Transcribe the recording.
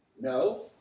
No